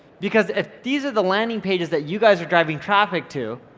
because if these are the landing pages that you guys are driving traffic to,